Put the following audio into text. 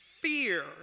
fear